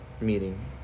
meeting